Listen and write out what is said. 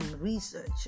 research